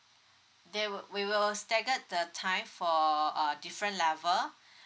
they will we will staggered the time for uh different level